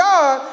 God